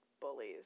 bullies